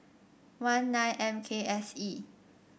one nine M K S E